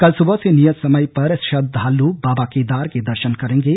कल सुबह से नियत समय पर श्रद्धलु बाबा केदार के दर्शन करेंगे